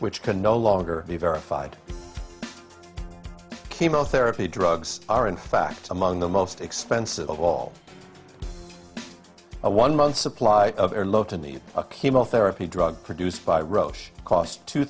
which can no longer be verified chemotherapy drugs are in fact among the most expensive of all a one month supply of low to need a chemotherapy drug produced by roche cost two